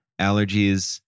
allergies